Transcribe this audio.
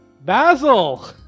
Basil